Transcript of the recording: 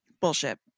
Bullshit